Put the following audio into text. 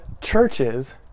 churches